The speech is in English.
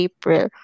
April